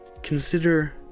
Consider